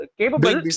capable